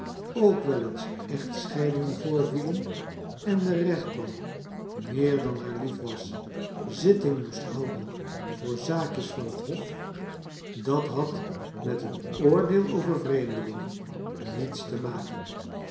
ook wel eens echtscheidingen voorvielen en de reclitbank meer dan haar lief was zitting moest louden voor zaakjes van het hof dat had met hun oordeel over vreemdelingen niets te maken